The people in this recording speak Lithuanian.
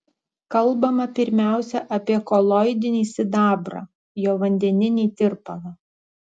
kalbama pirmiausia apie koloidinį sidabrą jo vandeninį tirpalą